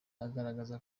agaragaza